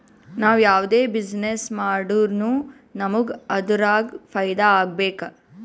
ನಾವ್ ಯಾವ್ದೇ ಬಿಸಿನ್ನೆಸ್ ಮಾಡುರ್ನು ನಮುಗ್ ಅದುರಾಗ್ ಫೈದಾ ಆಗ್ಬೇಕ